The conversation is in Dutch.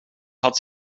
had